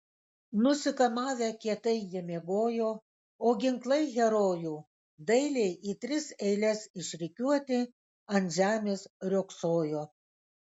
nusikamavę kietai jie miegojo o ginklai herojų dailiai į tris eiles išrikiuoti ant žemės riogsojo